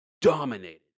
dominated